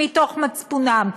מתוך מצפונם.